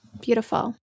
Beautiful